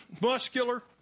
muscular